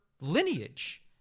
lineage